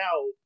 out